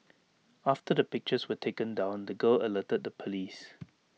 after the pictures were taken down the girl alerted the Police